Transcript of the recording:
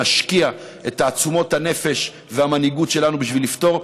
נשקיע את תעצומות הנפש והמנהיגות שלנו בשביל לפתור,